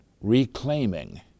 reclaiming